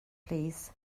plîs